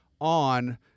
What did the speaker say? on